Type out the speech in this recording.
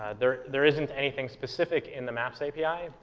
and there there isn't anything specific in the maps api.